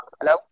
Hello